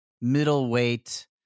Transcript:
middleweight